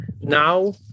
now